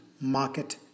Market